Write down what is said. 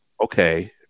okay